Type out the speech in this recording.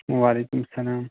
وعلَیکُم اَسلام